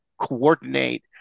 coordinate